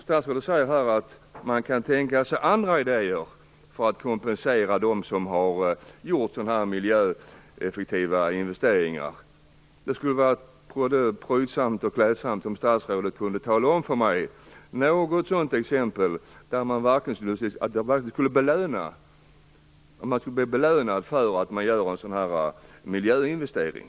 Statsrådet säger att man kan tänka sig andra idéer för att kompensera dem som har gjort miljöeffektiva investeringar. Det skulle vara klädsamt om statsrådet kunde ge mig något exempel på att man blir belönad för att man gör en sådan miljöinvestering.